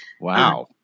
Wow